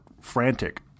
frantic